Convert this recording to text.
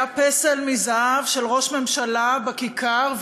היה פסל מזהב של ראש ממשלה בכיכר,